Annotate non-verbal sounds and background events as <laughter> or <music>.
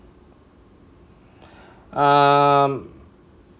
<breath> um